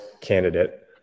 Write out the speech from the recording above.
candidate